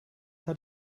hat